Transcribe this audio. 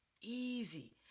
easy